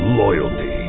loyalty